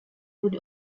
would